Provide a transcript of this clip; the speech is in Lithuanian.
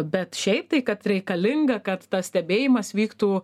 bet šiaip tai kad reikalinga kad tas stebėjimas vyktų